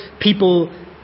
people